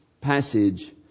passage